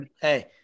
Hey